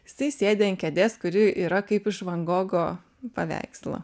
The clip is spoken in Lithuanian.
jisai sėdi ant kėdės kuri yra kaip iš van gogo paveikslų